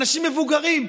אנשים מבוגרים,